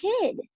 kid